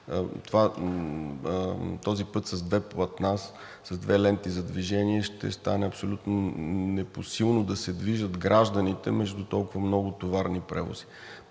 този път с две платна, с две ленти за движение ще стане абсолютно непосилно да се движат гражданите между толкова много товарни превози.